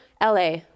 la